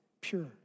pure